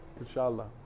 inshallah